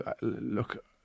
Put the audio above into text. look